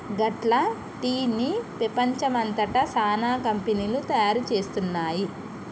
గట్ల టీ ని పెపంచం అంతట సానా కంపెనీలు తయారు చేస్తున్నాయి